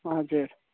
हजुर